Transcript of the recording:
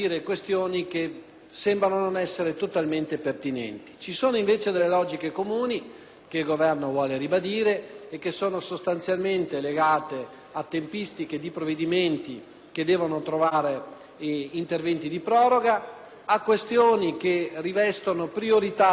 che il Governo vuole ribadire, sostanzialmente legate a tempistiche di provvedimenti che necessitano di interventi di proroga, a questioni che rivestono priorità strategica per il Paese e che quindi, giustamente, le forze politiche possono decidere